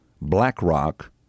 BlackRock